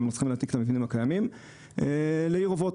גם צריכים להעתיק את המבנים הקיימים לעיר אובות.